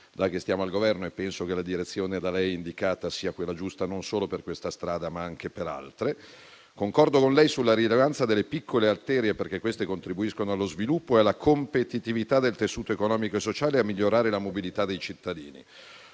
quando siamo al Governo, e penso che la direzione da lei indicata sia quella giusta, e non solo per questa strada, ma anche per altre. Concordo con lei sulla rilevanza delle piccole arterie, perché contribuiscono allo sviluppo e alla competitività del tessuto economico e sociale e a migliorare la mobilità dei cittadini.